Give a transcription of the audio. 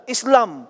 Islam